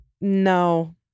No